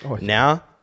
Now